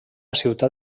ciutat